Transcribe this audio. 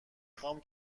خوام